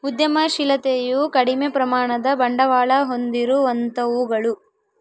ಉದ್ಯಮಶಿಲತೆಯು ಕಡಿಮೆ ಪ್ರಮಾಣದ ಬಂಡವಾಳ ಹೊಂದಿರುವಂತವುಗಳು